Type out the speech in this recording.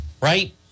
right